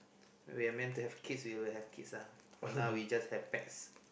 we are meant to have kids we will have kids lah for now we just have pets